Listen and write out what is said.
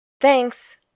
Thanks